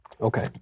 Okay